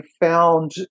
found